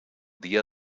dia